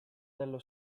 dello